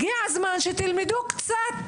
הגיע הזמן שתלמדו קצת,